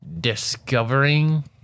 discovering